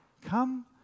Come